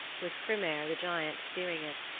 with hrymer the giant steering it,